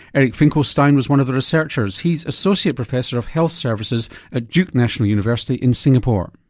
eric finkelstein was one of the researchers. he's associate professor of health services at duke national university in singapore.